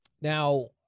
Now